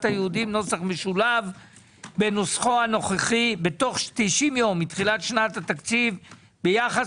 היהודיים נוסח משולב בנוסחו הנוכחי בתוך 90 יום מתחילת שנת התקציב ביחס